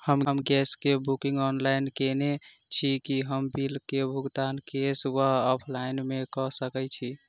हम गैस कऽ booking online केने छी, की हम बिल कऽ भुगतान कैश वा ऑफलाइन मे कऽ सकय छी?